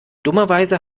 dummerweise